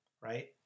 Right